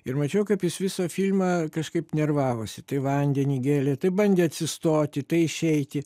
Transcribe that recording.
ir mačiau kaip jis visą filmą kažkaip nervavosi tai vandenį gėlė tai bandė atsistoti tai išeiti